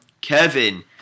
Kevin